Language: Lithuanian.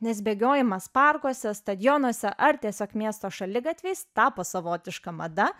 nes bėgiojimas parkuose stadionuose ar tiesiog miesto šaligatviais tapo savotiška mada